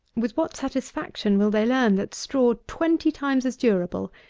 with what satisfaction will they learn that straw, twenty times as durable,